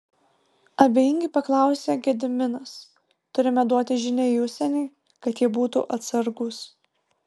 abejingai paklausė gediminas turime duoti žinią į užsienį kad jie būtų atsargūs